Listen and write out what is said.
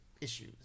issues